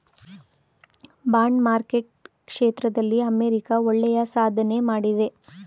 bond market ಕ್ಷೇತ್ರದಲ್ಲಿ America ಒಳ್ಳೆಯ ಸಾಧನೆ ಮಾಡಿದೆ